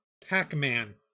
Pac-Man